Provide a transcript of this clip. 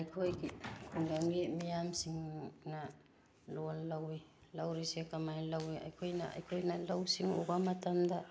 ꯑꯩꯈꯣꯏꯒꯤ ꯈꯨꯡꯒꯪꯒꯤ ꯃꯤꯌꯥꯝꯁꯤꯡꯅ ꯂꯣꯟ ꯂꯧꯏ ꯂꯧꯔꯤꯁꯦ ꯀꯃꯥꯏꯅ ꯂꯧꯏ ꯑꯩꯈꯣꯏꯅ ꯑꯩꯈꯣꯏꯅ ꯂꯧ ꯁꯤꯡ ꯎꯕ ꯃꯇꯝꯗ